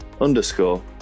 underscore